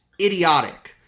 idiotic